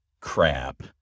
Crap